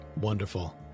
Wonderful